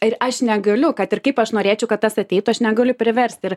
ir aš negaliu kad ir kaip aš norėčiau kad tas ateitų aš negaliu priversti ir